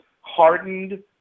hardened